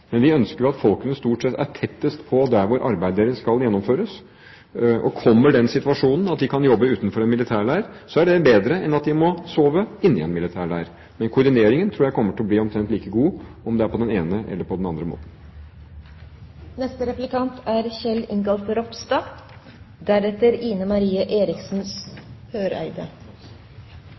Vi ønsker jo at folkene stort sett er tettest på stedet hvor arbeidet deres skal gjennomføres. Kommer den situasjonen at de kan jobbe utenfor en militærleir, er det bedre enn at de må sove inne i en militærleir. Men koordineringen tror jeg kommer til å bli omtrent like god, om det er på den ene eller på den andre måten.